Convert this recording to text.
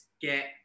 get